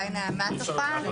אולי נעמה תוכל?